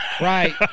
Right